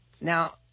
Now